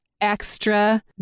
extra